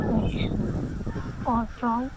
اچھا اور پرانس